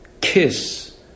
kiss